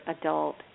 adult